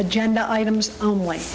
agenda items only